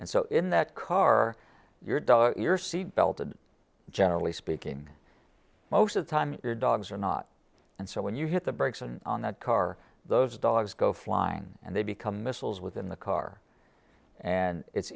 and so in that car your dog your seatbelt and generally speaking most of the time dogs are not and so when you hit the brakes and on that car those dogs go flying and they become missiles within the car and it's